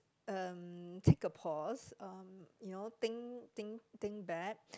uh take a pause uh you know think think think back